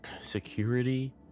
security